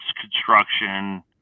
construction